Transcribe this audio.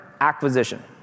acquisition